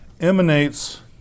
emanates